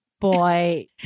boy